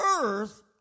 Earth